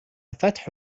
فتح